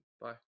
bye